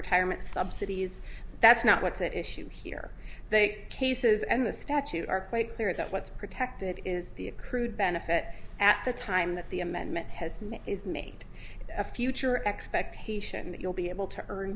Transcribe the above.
retirement subsidies that's not what's at issue here they cases and the statute are quite clear that what's protected is the accrued benefit at the time that the amendment has is made a future expectation that you'll be able to earn